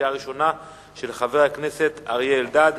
של חבר הכנסת אריה אלדד,